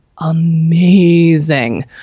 amazing